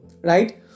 right